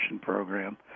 Program